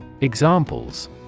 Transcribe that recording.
Examples